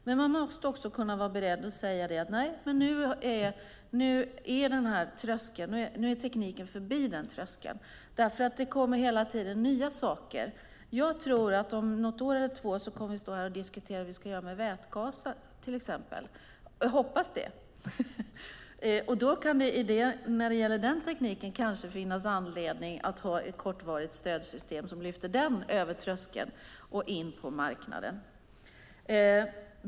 Men man måste också vara beredd att säga att nu är tekniken förbi den här tröskeln. Det kommer hela tiden nya saker. Jag tror att om något år eller två kommer vi att stå här och diskutera hur vi ska göra med vätgasen till exempel. Jag hoppas det. Då kan det kanske finnas anledning att ha ett kortvarigt stödsystem som lyfter den tekniken över tröskeln och in på marknaden.